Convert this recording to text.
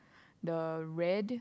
the red